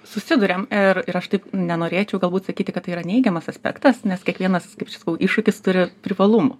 susiduriam ir ir aš taip nenorėčiau galbūt sakyti kad tai yra neigiamas aspektas nes kiekvienas kaip čia sakau iššūkis turi privalumų